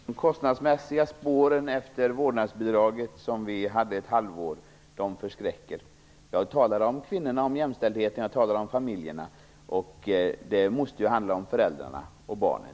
Fru talman! De kostnadsmässiga spåren efter vårdnadsbidraget, som fanns under ett halvår, förskräcker. Jag talade om kvinnorna, om jämställdheten och om familjerna, och det handlade då givetvis om föräldrarna och barnen.